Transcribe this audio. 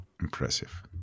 Impressive